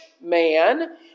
man